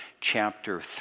chapter